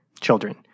Children